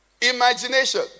Imagination